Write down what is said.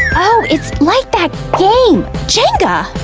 oh, it's like that game, jenga!